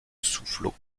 soufflot